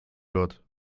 gott